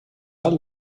alt